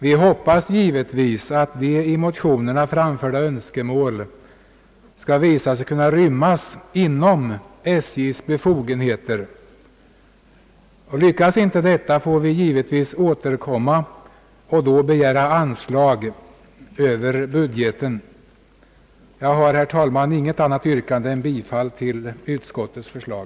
Vi hoppas givetvis, att de i motionerna framförda önskemålen skall visa sig kunna rymmas inom SJ:s befogenheter. Lyckas inte detta, får vi självklart återkomma och då begära anslag över budgeten. Jag har, herr talman, inte något annat yrkande än om bifall till utskottets förslag.